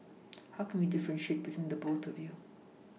how can we differentiate between the both of you